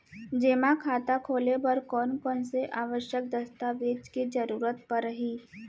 जेमा खाता खोले बर कोन कोन से आवश्यक दस्तावेज के जरूरत परही?